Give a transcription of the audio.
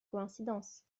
coïncidence